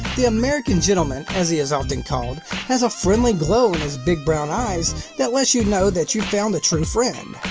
the american gentleman as he is often called has a friendly glow in his big brown eyes that lets you know that you've found a true friend.